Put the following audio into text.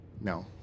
No